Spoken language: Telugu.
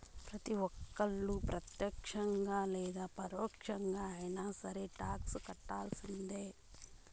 ప్రతి ఒక్కళ్ళు ప్రత్యక్షంగా లేదా పరోక్షంగా అయినా సరే టాక్స్ కట్టాల్సిందే